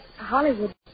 Hollywood